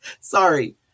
sorry